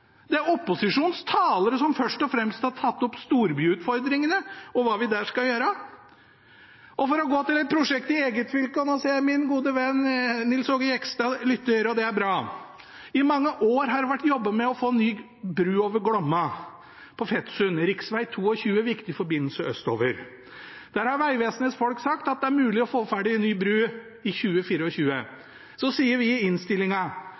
Det er opposisjonens talere som først og fremst har tatt opp storbyutfordringene og hva vi der skal gjøre. Jeg vil gå til et prosjekt i eget fylke, og nå ser jeg at min gode venn Nils Aage Jegstad lytter – det er bra. I mange år har det vært jobbet med å få ny bru over Glomma på Fetsund, rv. 22, en viktig forbindelse østover. Der har Vegvesenets folk sagt at det er mulig å få ferdig ei ny bru i 2024. I innstillingen spør vi